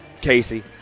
Casey